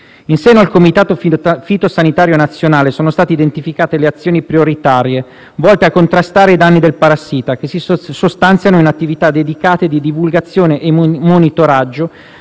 In seno al Comitato fitosanitario nazionale sono state identificate le azioni prioritarie volte a contrastare i danni del parassita, che si sostanziano in attività dedicate di divulgazione e monitoraggio